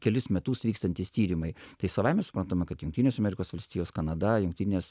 kelis metus vykstantys tyrimai tai savaime suprantama kad jungtinės amerikos valstijos kanada jungtinės